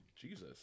Jesus